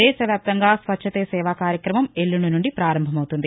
దేశ వ్యాప్తంగా స్వచ్చతే సేవ కార్యక్రమం ఎల్లుంది నుండి పారంభమవుతుంది